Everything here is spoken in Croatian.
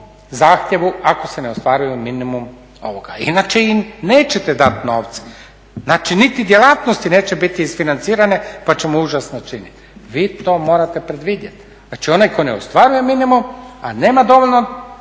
zahtjevu ako se ne ostvari minimum ovoga. Inače im nećete dati novce, znači niti djelatnosti neće biti isfinancirane pa ćemo užas učiniti. Vi to morate predvidjeti. Znači onaj tko ne ostvaruje minimum, a nema dovoljno